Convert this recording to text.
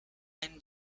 einen